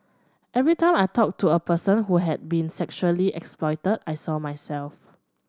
every time I talked to a person who had been sexually exploited I saw myself